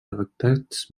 afectats